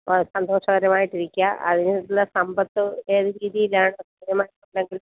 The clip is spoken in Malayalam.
സന്തോഷകരമായിട്ടിരിക്കുകഅതിനുള്ള സമ്പത്ത് ഏത് രീതിയിലാണ്